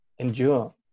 endure